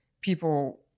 people